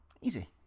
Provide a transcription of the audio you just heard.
Easy